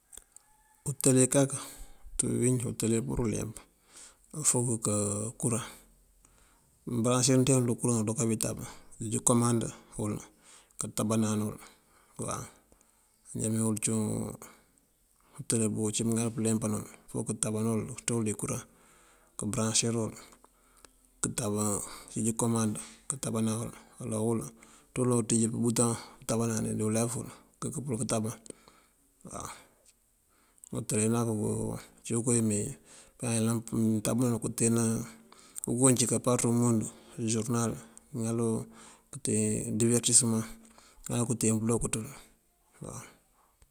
Utele kak, utele pur uleemp fok unká kuraŋ mbëraŋësir utele du kuraŋ duka bí táb. Kënjeej kumand uwël kantában wël waw. Anjanee wul cúun, utele uncí mëŋal pëleempëna wël fok kënţú wël dí kuraŋ, këbëraŋësir uwël këntában kënjeej kumand këntában wul walo wul uncí uloŋ unţíj umbutoŋ pëntában dí ulef uwul këngëk pëntában waw. Utele nak ací cíwun koowí mee untában pul kënteena ukoo cí kampar wí ţí umundu usurënal mëŋal kënteen dí derëtisëmaŋ mëŋal kënteen pëlok ţël.